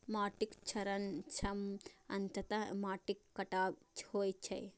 माटिक क्षरण सं अंततः माटिक कटाव होइ छै